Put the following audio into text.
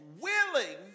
willing